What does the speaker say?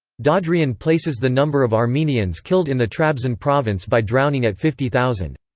dadrian places the number of armenians killed in the trabzon province by drowning at fifty thousand.